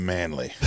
Manly